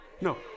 No